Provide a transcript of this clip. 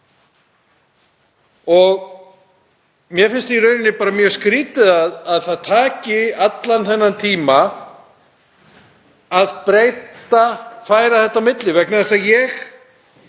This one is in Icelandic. og mér finnst í rauninni mjög skrýtið að það taki allan þennan tíma að breyta, færa þetta á milli, vegna þess að ég